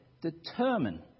determine